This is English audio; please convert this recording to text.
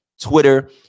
Twitter